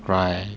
right